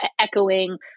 echoing